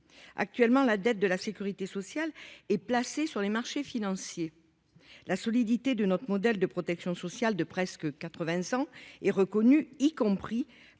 Actuellement, la dette de la sécurité sociale est placée sur les marchés financiers. La solidité de notre modèle de protection sociale de presque quatre vingts ans est reconnue, y compris par